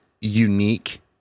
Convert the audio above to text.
unique